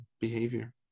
behavior